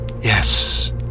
Yes